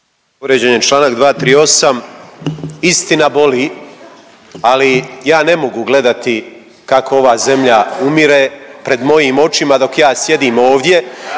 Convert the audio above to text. Povrijeđen je Članak 238., istina boli ali ja ne mogu gledati kako ova zemlja umire pred mojim očima dok ja sjedim ovdje